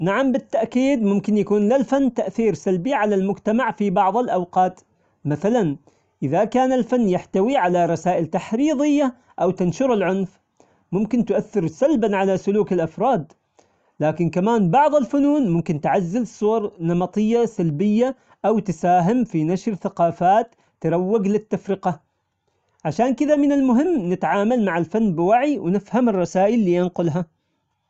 نعم بالتأكيد ممكن يكون للفن تأثير سلبي على المجتمع في بعض الأوقات مثلا إذا كان الفن يحتوي على رسائل تحريضية أو تنشر العنف، ممكن تؤثر سلبا على سلوك الأفراد، لكن كمان بعض الفنون ممكن تعزز صور نمطية سلبية أو تساهم في نشر ثقافات تروج للتفرقة، عشان كدا من المهم نتعامل مع الفن بوعي ونفهم الرسائل اللي ينقلها.